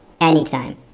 Anytime